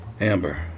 Amber